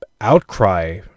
outcry